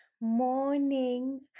morning